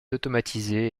automatisé